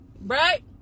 right